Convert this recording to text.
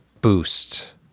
boost